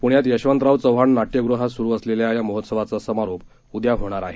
पुण्यात यशवंतराव चव्हाण नाट्यगृहात सुरू असलेल्या या महोत्सवाचा समारोप उद्या होणार आहे